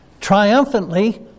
triumphantly